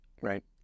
Right